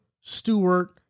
Stewart